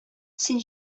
син